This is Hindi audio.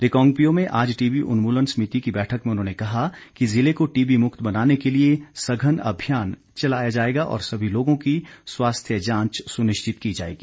रिकांगपिओ में आज टीबी उन्मूलन समिति की बैठक में उन्होंने कहा कि जिले को टीबी मुक्त बनाने के लिए सघन अभियान चलाया जाएगा और सभी लोगों की स्वास्थ्य जांच सुनिश्चित की जाएगी